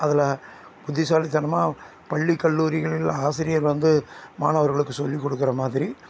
அதில் புத்திசாலித்தனமாக பள்ளி கல்லூரிகளில் ஆசிரியர் வந்து மாணவர்களுக்கு சொல்லிக் கொடுக்கற மாதிரி